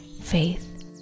faith